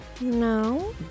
No